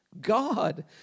God